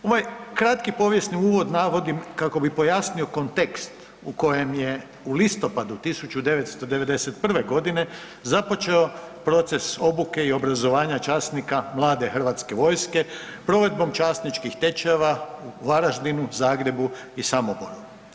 Ovaj kratki povijesni uvod navodim kako bi pojasnio kontekst u kojem je u listopadu 1991. godine započeo proces obuke i obrazovanja časnika mlade hrvatske vojske, provedbom časničkih tečajeva u Varaždinu, Zagrebu i Samoboru.